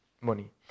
money